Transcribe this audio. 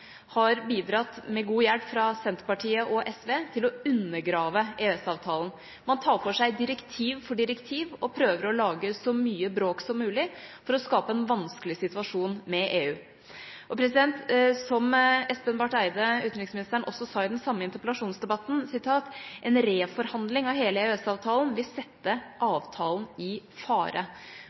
har bidratt – med god hjelp fra Senterpartiet og SV – til å undergrave EØS-avtalen. Man tar for seg direktiv for direktiv og prøver å lage så mye bråk som mulig for å skape en vanskelig situasjon med EU. Som utenriksminister Espen Barth Eide også sa i den samme interpellasjonsdebatten, vil en reforhandling av hele EØS-avtalen sette avtalen i fare.